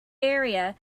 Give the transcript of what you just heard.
area